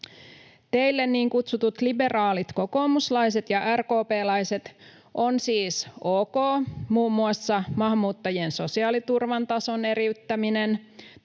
Teille, niin kutsutut liberaalit kokoomuslaiset ja RKP:läiset, on siis ok muun muassa maahanmuuttajien sosiaaliturvan tason eriyttäminen,